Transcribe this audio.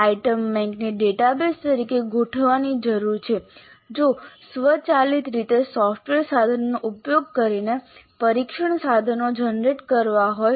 item બેંકને database તરીકે ગોઠવવાની જરૂર છે જો સ્વચાલિત રીતે સોફ્ટવેર સાધનોનો ઉપયોગ કરીને પરીક્ષણ સાધનો જનરેટ કરવા હોય